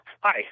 Hi